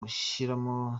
gushyiramo